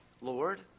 Lord